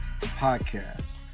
podcast